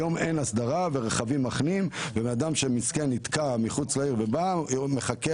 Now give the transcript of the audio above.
היום אין הסדרה ורכבים מחנים ובן אדם שנתקע מחוץ לעיר ובא מחכה